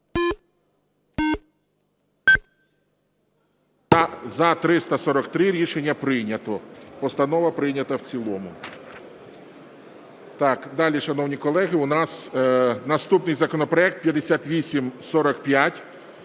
За-343 Рішення прийнято. Постанова прийнята в цілому. Так, далі, шановні колеги. У нас наступний законопроект 5845.